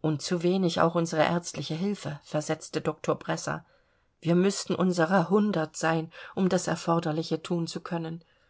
und zu wenig auch unsere ärztliche hilfe versetzte doktor bresser wir müßten unserer hundert sein um das erforderliche thun zu können